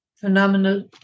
phenomenal